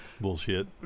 bullshit